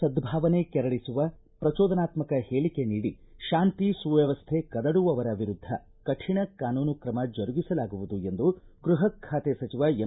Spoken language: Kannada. ಕೋಮು ಸದ್ದಾವನೆ ಕೆರಳಿಸುವ ಪ್ರಚೋದನಾತ್ಮಕ ಹೇಳಿಕೆ ನೀಡಿ ಶಾಂತಿ ಸುವ್ದಮ್ಥೆ ಕದಡುವವರ ವಿರುದ್ಧ ಕಠಿಣ ಕಾನೂನು ಕ್ರಮ ಜರುಗಿಸಲಾಗುವುದು ಎಂದು ಗೃಹ ಖಾತೆ ಸಚಿವ ಎಂ